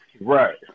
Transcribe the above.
Right